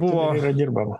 buvo dirbama